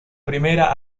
primera